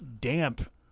damp